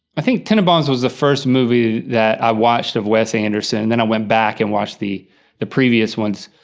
i think tenenbaums was the first movie that i watched of wes anderson, then i went back and watch the the previous ones.